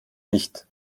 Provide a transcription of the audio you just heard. nicht